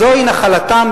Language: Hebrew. זוהי נחלתם,